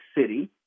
City